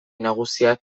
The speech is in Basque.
nagusiak